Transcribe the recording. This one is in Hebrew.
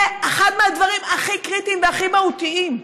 זה אחד מהדברים הכי קריטיים והכי מהותיים,